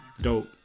dope